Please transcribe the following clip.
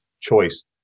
choice